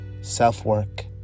self-work